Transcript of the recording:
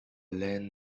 land